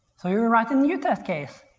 so you're writing your test case.